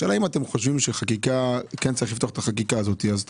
השאלה אם אתם חושבים שכן צריך לפתוח את החקיקה הזאת ואם כן,